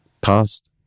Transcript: past